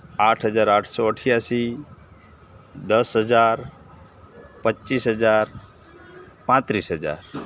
આઠ હજાર આઠસો અઠયાસી દસ હજાર પચીસ હજાર પાંત્રીસ હજાર